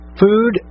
food